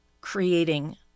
creating